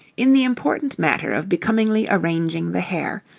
in the important matter of becomingly arranging the hair,